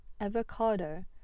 Avocado